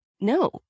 No